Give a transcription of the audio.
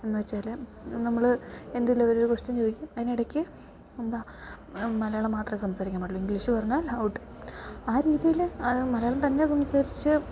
എന്ന് വെച്ചാൽ നമ്മൾ എന്തേലുവൊരു ക്വസ്റ്റ്യൻ ചോദിക്കും അതിനിടയ്ക്ക് എന്താ മലയാളം മാത്രമേ സംസാരിക്കാൻ പാടുള്ളു ഇങ്ക്ലീഷ് പറഞ്ഞാൽ ഔട്ട് ആ രീതിയിൽ മലയാളം തന്നെ സംസാരിച്ച്